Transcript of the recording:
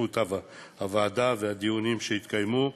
בזכות הוועדה והדיונים שהתקיימו,